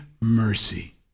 mercy